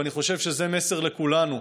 ואני חושב שזה מסר לכולנו,